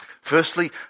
Firstly